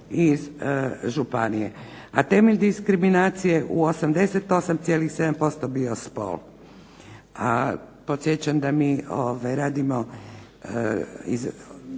iz županije, a temelj diskriminacije u 88,7% bio spol, a podsjećam da mi radimo,